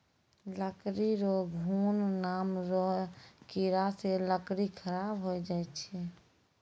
लकड़ी रो घुन नाम रो कीड़ा से लकड़ी खराब होय जाय छै